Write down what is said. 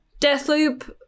Deathloop